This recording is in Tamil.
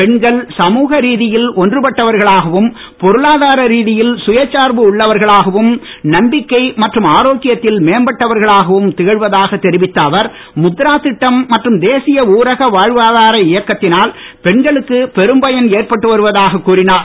பெண்கள் சமூக ரீதியில் ஒன்று பட்டவர்களாகவும் பொருளாதார ரீதியில் சுய சார்பு உள்ளவர்களாகவும் நம்பிக்கை மற்றும் மேம்பட்டவர்களாகவும் திகழ்வதாக தெரிவித்த அவர் முத்ரா திட்டம் மற்றும் தேசிய ஊரக வாழ்வாதார இயக்கத்தினால் பெண்களுக்குப் பெரும்பயன் ஏற்பட்டு வருவதாகக் கூறினார்